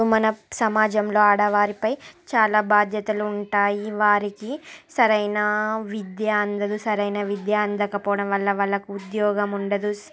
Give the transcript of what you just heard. మనం సమాజంలో ఆడవారిపై చాలా బాధ్యతలు ఉంటాయి వారికి సరైన విద్యా అందదు సరైన విద్యా అందకపోవడం వల్ల వాళ్ళకు ఉద్యోగం ఉండదు